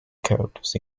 characters